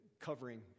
covering